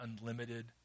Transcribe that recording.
unlimited